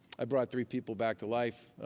i brought three people back to life